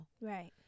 Right